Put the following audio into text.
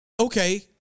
Okay